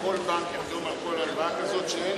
כל בנק יחתום על כל הלוואה כזאת שאין